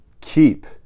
keep